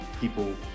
people